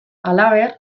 halaber